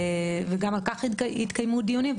וגם על כך התקיימו דיונים,